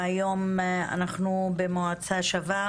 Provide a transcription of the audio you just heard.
היום אנחנו במועצה שווה,